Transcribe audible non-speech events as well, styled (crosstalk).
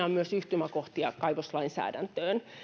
(unintelligible) on myös yhtymäkohtia kaivoslainsäädäntöön